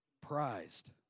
prized